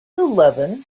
eleven